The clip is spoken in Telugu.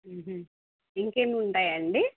ఇంకేమి ఉంటాయండి